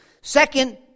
Second